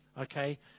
Okay